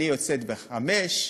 אני יוצאת ב-05:00,